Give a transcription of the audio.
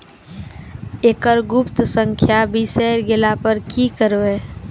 एकरऽ गुप्त संख्या बिसैर गेला पर की करवै?